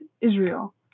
Israel